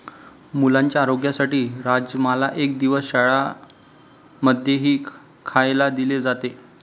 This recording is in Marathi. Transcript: मुलांच्या आरोग्यासाठी राजमाला एक दिवस शाळां मध्येही खायला दिले जाते